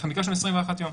ביקשנו 21 יום.